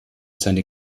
seine